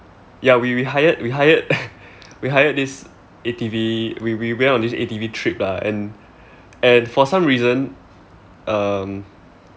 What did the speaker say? ya we we hired we hired we hired this A_T_V we we went on this A_T_V trip lah and and for some reason um